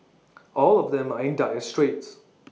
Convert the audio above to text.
all of them are in dire straits